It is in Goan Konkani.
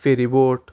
फेरीबोट